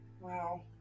Wow